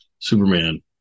Superman